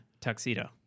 tuxedo